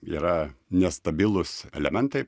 yra nestabilūs elementai